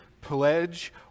pledge